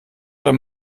beim